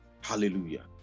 hallelujah